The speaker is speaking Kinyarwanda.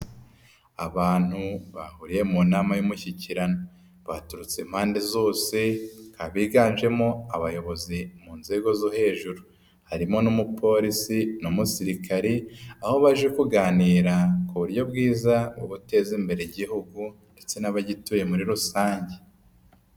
Abantu bahuriye mu nama y'umushyikirano baturutse impande zose, abiganjemo abayobozi mu nzego zo hejuru harimo n'umupolisi n'umusirikari aho baje kuganira ku buryo bwiza buteza imbere igihugu ndetse n'abagituye muri rusange.